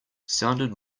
sounded